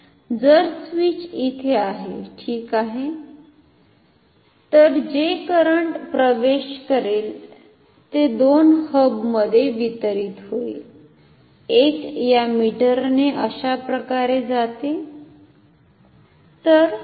जर स्विच इथे आहे ठीक आहे तर जे करंट प्रवेश करेल ते 2 हबमध्ये वितरित होईल एक या मीटरने अशाप्रकारे जाते